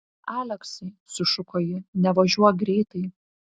aleksai sušuko ji nevažiuok greitai